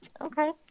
Okay